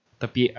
tapi